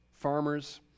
farmers